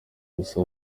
gusa